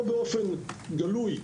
או באופן גלוי,